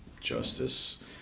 justice